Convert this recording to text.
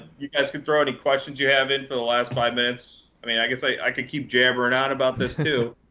you guys can throw any questions you have in for the last five minutes. i mean, i guess i could keep jabbering on about this, too.